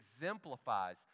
exemplifies